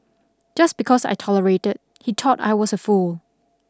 just because I tolerated he thought I was a fool